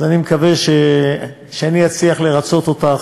אני מקווה שאני אצליח לרצות אותך,